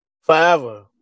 Forever